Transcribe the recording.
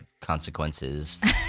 consequences